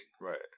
Right